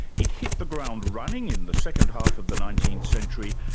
it hit the ground running in the second half of the nineteenth century,